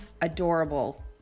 adorable